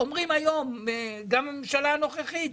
אומרים היום גם בממשלה הנוכחית,